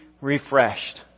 refreshed